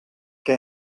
què